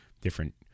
different